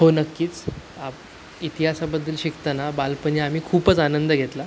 हो नक्कीच आप इतिहासाबद्दल शिकताना बालपणी आम्ही खूपच आनंद घेतला